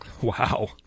Wow